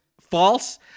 false